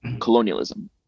colonialism